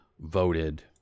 voted